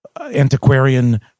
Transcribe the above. antiquarian